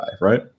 right